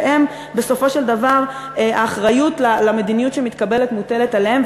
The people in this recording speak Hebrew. ובסופו של דבר האחריות למדיניות שמתקבלת מוטלת עליהם,